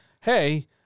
hey